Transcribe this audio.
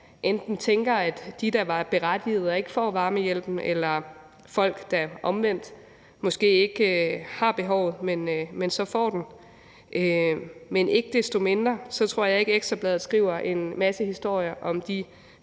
der tænker, at de da var berettigede, men ikke får varmehjælp, eller på folk, der omvendt måske ikke har behovet, men som får hjælp. Men jeg tror ikke, at Ekstra Bladet skriver en masse historier om de